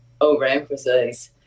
overemphasize